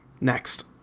Next